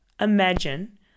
imagine